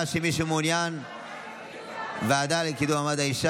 של חבר הכנסת אברהם בצלאל וקבוצת חברי הכנסת,